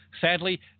Sadly